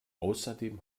außerdem